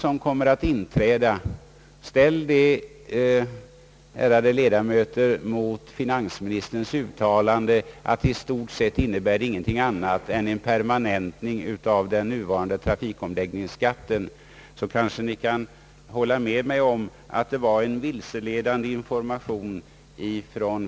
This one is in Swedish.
Ställ detta, ärade kammarledamöter, mot finansministerns uttalande att det nya förslaget inte innebär någonting annat än en permanentning av nuvarande trafikomläggningsskatt, så kanske ni håller med mig om att finansministern gav en vilseledande information.